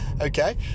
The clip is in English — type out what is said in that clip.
okay